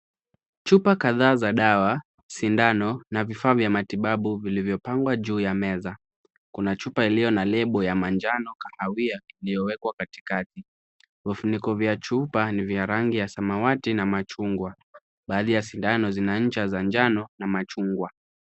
Chupa kadhaa za dawa , sindano na vifaa vya matibabu , vilivyopangwa juu ya meza , kuna chupa iliyo na lebo ya manjano kahawia iliyowekwa katikati, vifuniko vya chupa vya rangi ya samawati na machungwa baadhi ya sindano zina ncha ya manjano na machungwa .